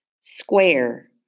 square